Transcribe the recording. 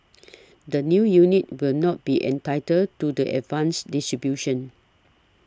the new units will not be entitled to the advanced distribution